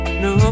no